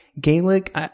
Gaelic